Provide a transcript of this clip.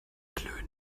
klönen